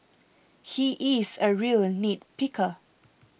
he is a real nit picker